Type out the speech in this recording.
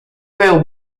will